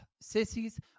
Sissies